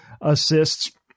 assists